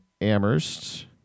Amherst